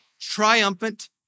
triumphant